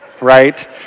right